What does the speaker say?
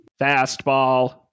fastball